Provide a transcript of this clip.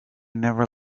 never